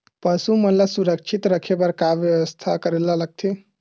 पशु मन ल सुरक्षित रखे बर का बेवस्था करेला लगथे?